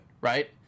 Right